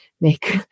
make